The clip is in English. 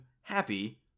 happy